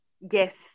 Yes